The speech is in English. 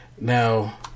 now